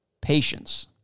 patience